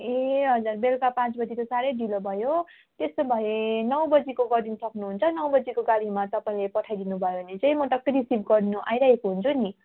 ए हजुर बेलुका पाँच बजे त साह्रै ढिलो भयो त्यसो भए नौ बजेको गरिदिनु सक्नुहुन्छ नौ बजेको गाडीमा तपाईँले पठाइ दिनुभयो भने चाहिँ म टक्कै रिसिभ गर्नु आइराखेको हुन्छु नि